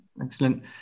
excellent